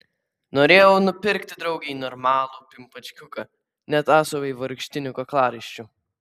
norėjau nupirkti draugei normalų pimpačkiuką ne tą su vaivorykštiniu kaklaraiščiu